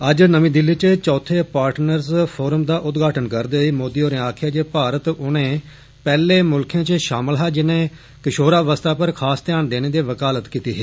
अज्ज नमीं दिल्ली च चौथे पाटर्नज फोरम दा उदघाटन करदे होई मोदी होरे आक्खेआ जे भारत उनें पहले मुल्खें च षामल हा जिनें किषोरावस्था पर खास ध्यान देने दी वकालत कीती ही